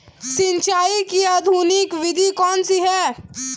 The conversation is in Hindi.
सिंचाई की आधुनिक विधि कौन सी है?